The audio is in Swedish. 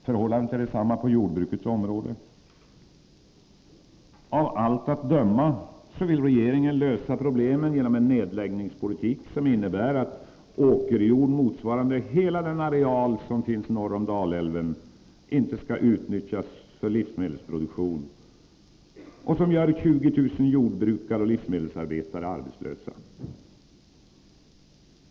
Förhållandet är detsamma på jordbrukets område. Av allt att döma vill regeringen lösa problemen genom en nedläggningspolitik, som innebär att åkerjord motsvarande hela den areal som finns norr om Dalälven inte skall utnyttjas för livsmedelsproduktion och som gör 20 000 jordbrukare och livsmedelsarbetare arbetslösa.